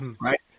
right